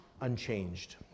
unchanged